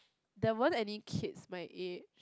there weren't any kids my age